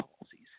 policies